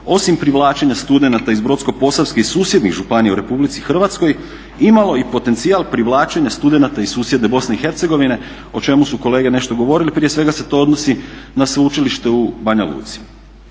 osim privlačenja studenata iz Brodsko-posavske i susjednih županija u Republici Hrvatskoj imalo i potencijal privlačenja studenata iz susjedne Bosne i Hercegovine o čemu su kolege nešto govorili. Prije svega se to odnosi na Sveučilište u Banja Luci.